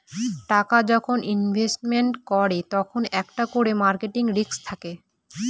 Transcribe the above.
টাকা যখন ইনভেস্টমেন্ট করে তখন একটা করে মার্কেট রিস্ক থাকে